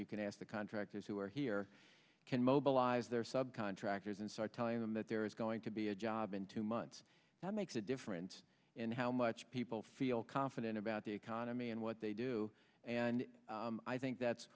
you can ask the contractors who are here can mobilize their sub contractors and start telling them that there is going to be a job in two months that makes a difference in how much people feel confident about the economy and what they do and i think that's